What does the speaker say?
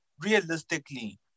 realistically